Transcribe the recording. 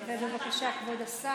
דקות.